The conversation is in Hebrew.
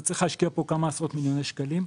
צריך להשקיע פה כמה עשרות מיליוני שקלים.